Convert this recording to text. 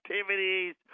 activities